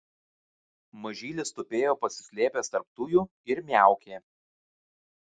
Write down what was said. mažylis tupėjo pasislėpęs tarp tujų ir miaukė